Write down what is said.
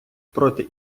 проти